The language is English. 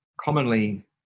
commonly